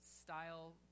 style